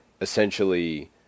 essentially